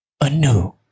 anew